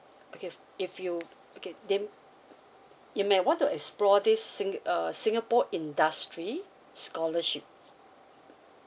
okay if if you okay there you may want to explore this sing~ err singapore industry scholarship